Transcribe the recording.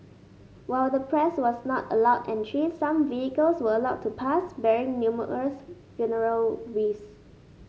while the press was not allowed entry some vehicles were allowed to pass bearing numerous funeral wreaths